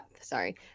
Sorry